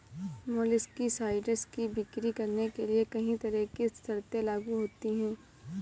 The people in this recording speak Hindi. मोलस्किसाइड्स की बिक्री करने के लिए कहीं तरह की शर्तें लागू होती है